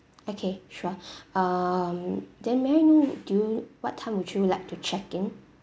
okay sure um then may I know do you what time would you like to check in